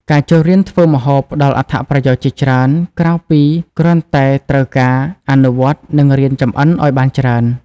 ការចូលរៀនធ្វើម្ហូបផ្ដល់អត្ថប្រយោជន៍ជាច្រើន ក្រៅពីគ្រាន់តែត្រូវការអនុវត្ត និងរៀនចម្អិនអោយបានច្រើន ។